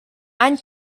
any